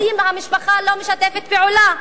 אומרים: המשפחה לא משתפת פעולה.